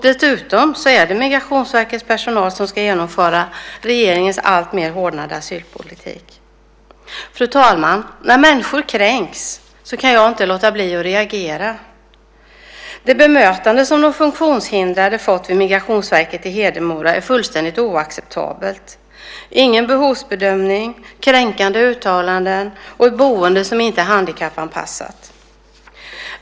Dessutom är det Migrationsverkets personal som ska genomföra regeringens alltmer hårdnande asylpolitik. Fru talman! När människor kränks kan jag inte låta bli att reagera. Det bemötande som de funktionshindrade fått vid Migrationsverket i Hedemora är fullständigt oacceptabelt - ingen behovsbedömning, kränkande uttalanden och ett boende som inte är handikappanpassat.